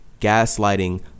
gaslighting